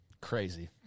Crazy